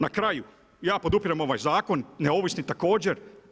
Na kraju, ja podupirem ovaj zakon, neovisni također.